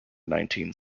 nineteen